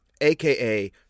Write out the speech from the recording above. aka